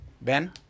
Ben